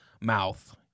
mouth